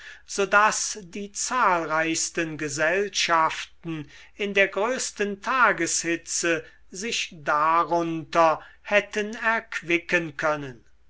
daß die zahlreichsten gesellschaften in der größten tageshitze sich darunter hätten erquicken können